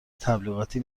تبلیغاتی